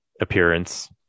appearance